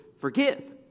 forgive